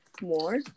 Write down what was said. more